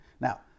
Now